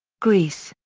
greece.